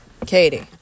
Katie